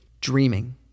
dreaming